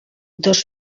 dos